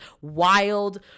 wild